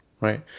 right